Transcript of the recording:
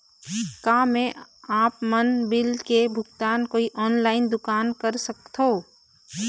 का मैं आपमन बिल के भुगतान कोई ऑनलाइन दुकान कर सकथों?